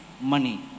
money